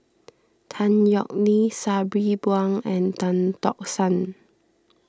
Tan Yeok Nee Sabri Buang and Tan Tock San